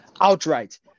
Outright